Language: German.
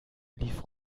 lief